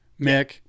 Mick